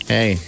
Hey